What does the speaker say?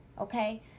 okay